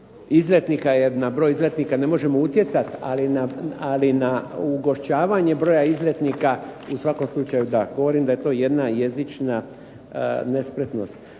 na broj izletnika ne možemo utjecati, ali na ugošćavanje broja izletnika u svakom slučaju da. govorim da je to jedna jezična nespretnost.